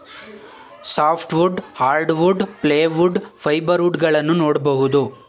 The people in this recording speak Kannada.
soft wood, hardwood, plywood, fibre wood ಗಳನ್ನೂ ನೋಡ್ಬೋದು